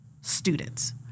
students